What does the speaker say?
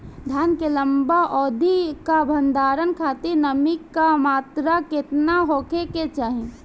धान के लंबा अवधि क भंडारण खातिर नमी क मात्रा केतना होके के चाही?